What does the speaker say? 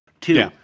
two